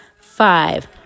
five